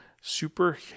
Super